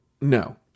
No